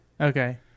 Okay